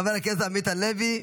חבר הכנסת עמית הלוי,